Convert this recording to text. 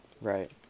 Right